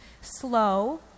slow